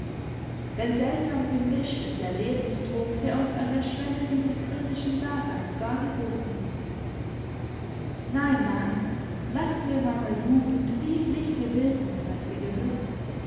denn seltsam gemischt ist der lebenstrunk der uns an der schwelle dieses irdischen daseins dargeboten wird nein nein lassen wir meiner jugend dies lichte bildnis das ihr gehört